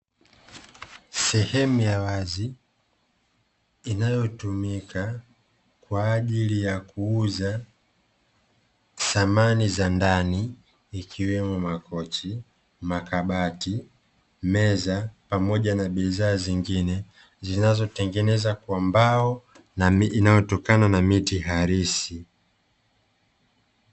Sehemu ya wazi inayotumika kwaajili ya kuuza samani za ndani ikiwemo, makochi , makabati, meza pamoja na bidhaa zingine zinazotengenezwa kwa mbao na inayotokana miti halisi.